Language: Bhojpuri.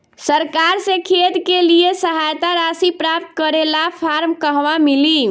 सरकार से खेत के लिए सहायता राशि प्राप्त करे ला फार्म कहवा मिली?